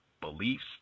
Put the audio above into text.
beliefs